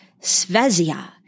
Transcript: Svezia